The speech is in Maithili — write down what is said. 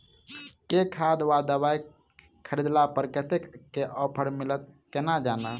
केँ खाद वा दवाई खरीदला पर कतेक केँ ऑफर मिलत केना जानब?